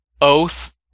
Oath